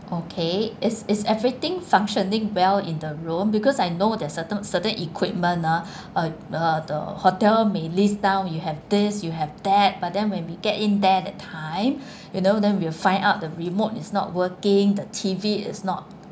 okay is is everything functioning well in the room because I know that certain certain equipment ah uh uh the hotel may list down you have this you have that but then when we get in there that time you know then we'll find out the remote is not working the T_V is not